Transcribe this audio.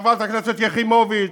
עם חברת הכנסת יחימוביץ.